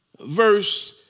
verse